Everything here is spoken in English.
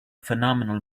phenomenal